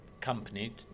company